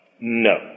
No